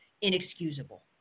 inexcusable